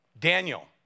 Daniel